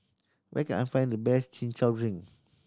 where can I find the best Chin Chow drink